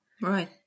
right